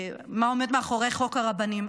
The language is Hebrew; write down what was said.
-- מה עומד מאחורי חוק הרבנים.